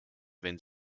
wenn